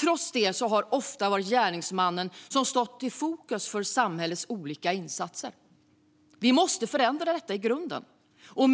Trots det har det ofta varit gärningsmannen som stått i fokus för samhällets olika insatser. Vi måste förändra detta i grunden.